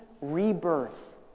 rebirth